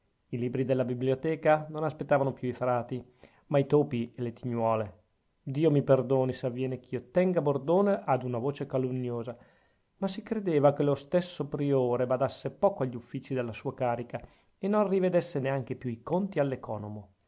i libri della biblioteca non aspettavano più i frati ma i topi e le tignuole dio mi perdoni se avviene ch'io tenga bordone ad una voce calunniosa ma si credeva che lo stesso priore badasse poco agli uffici della sua carica e non rivedesse neanche più i conti